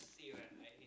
think right I think